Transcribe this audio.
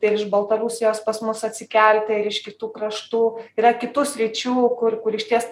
iš baltarusijos pas mus atsikelti ir iš kitų kraštų yra kitų sričių kur kur išties